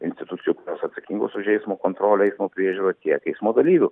institucijų kurios atsakingos už eismo kontrolę eismo priežiūrą tiek eismo dalyvių